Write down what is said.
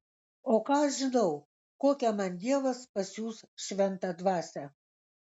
o ką aš žinau kokią man dievas pasiųs šventą dvasią